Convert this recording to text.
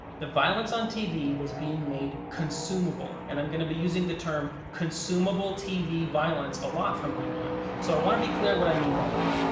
the violence on tv was being made consumable, and i'm going to be using the term consumable tv violence a lot from now on, so i want to be clear on what i mean by that.